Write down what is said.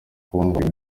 kubungabunga